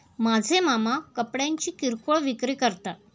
माझे मामा कपड्यांची किरकोळ विक्री करतात